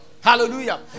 Hallelujah